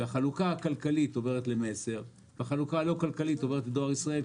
החלוקה הכלכלית עוברת ל"מסר" והחלוקה הלא כלכלית עוברת לדואר ישראל,